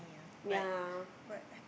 yea